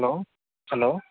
hello hello